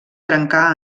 trencà